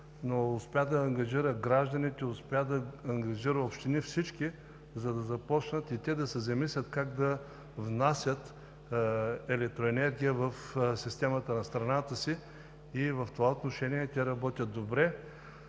но успя да ангажира гражданите, успя да ангажира общини – всички, за да започнат и те да се замислят как да внасят електроенергия в системата на страната си? В това отношение те работят добре.